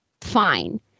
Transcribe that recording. fine